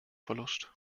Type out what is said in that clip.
verlust